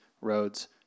roads